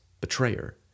betrayer